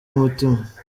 umutima